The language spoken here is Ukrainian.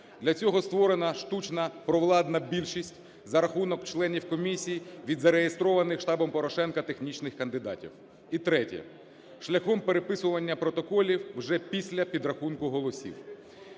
Для цього створена штучна провладна більшість за рахунок членів комісій від зареєстрованих штабом Порошенка технічних кандидатів. І третє - шляхом переписування протоколів вже після підрахунку голосів.